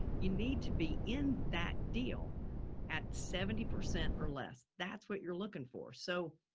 you need to be in that deal at seventy percent or less. that's what you're looking for. so